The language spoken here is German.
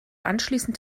anschließend